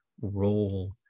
role